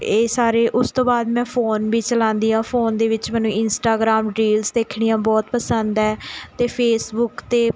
ਇਹ ਸਾਰੇ ਉਸ ਤੋਂ ਬਾਅਦ ਮੈਂ ਫ਼ੋਨ ਵੀ ਚਲਾਉਂਦੀ ਹਾਂ ਫ਼ੋਨ ਦੇ ਵਿੱਚ ਮੈਨੂੰ ਇੰਸਟਾਗ੍ਰਾਮ ਰੀਲਸ ਦੇਖਣੀਆਂ ਬਹੁਤ ਪਸੰਦ ਹੈ ਅਤੇ ਫੇਸਬੁੱਕ 'ਤੇ